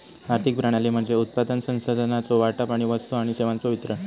आर्थिक प्रणाली म्हणजे उत्पादन, संसाधनांचो वाटप आणि वस्तू आणि सेवांचो वितरण